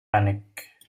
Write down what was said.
panic